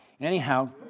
Anyhow